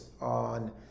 on